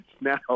Now